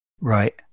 Right